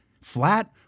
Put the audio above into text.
flat